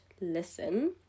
listen